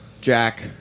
Jack